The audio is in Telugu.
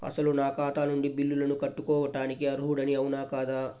అసలు నా ఖాతా నుండి బిల్లులను కట్టుకోవటానికి అర్హుడని అవునా కాదా?